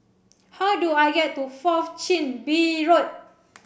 how do I get to Fourth Chin Bee Road